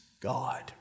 God